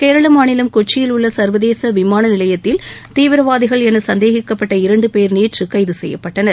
கேரளா மாநிலம் கொச்சியில் உள்ள சா்வதேச விமான நிலையத்தில் தீவிரவாதிகள் என சந்தேகிக்கப்பட்ட இரண்டு பேர் நேற்று கைது செய்யப்பட்டனர்